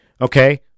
Okay